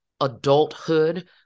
adulthood